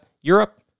Europe